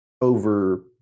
over